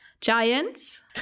Giants